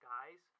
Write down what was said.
Guys